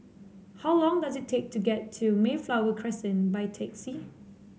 how long does it take to get to Mayflower Crescent by taxi